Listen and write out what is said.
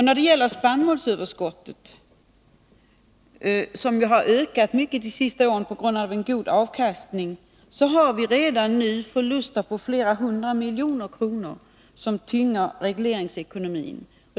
När det gäller spannmålsöverskottet, som ju har ökat mycket under de senaste åren på grund av en god avkastning, har vi redan nu förluster på flera hundra miljoner kronor, som tynger regleringsekonomin.